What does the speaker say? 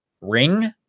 ring